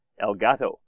Elgato